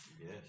Yes